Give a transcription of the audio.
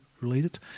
related